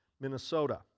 Minnesota